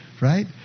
right